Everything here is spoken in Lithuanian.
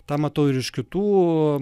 tą matau ir iš kitų